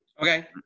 Okay